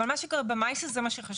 אבל מה שקורה במעשה זה מה שחשוב.